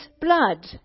blood